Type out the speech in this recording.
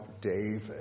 David